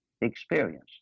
experience